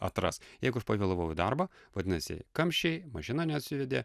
atras jeigu pavėlavau į darbą vadinasi kamščiai mašina neužsivedė